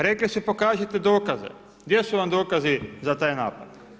Rekli su, pokažite dokaze, gdje su vam dokazi za taj napad?